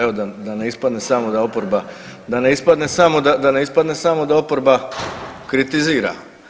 Evo da ne ispade samo da oporba, da ne ispadne samo, da ne ispadne samo da oporba kritizira.